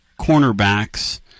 cornerbacks